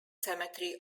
cemetery